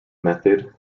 method